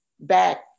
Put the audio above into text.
back